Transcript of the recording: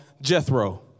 Jethro